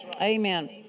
Amen